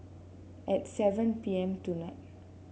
at seven P M tonight